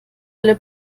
alle